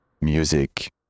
music